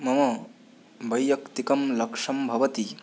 मम वैयक्तिकं लक्ष्यं भवति